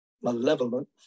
malevolent